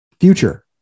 future